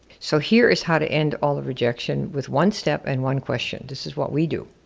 so here is how to end all rejection with one step and one question, this is what we do.